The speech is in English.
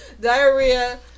Diarrhea